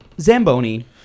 Zamboni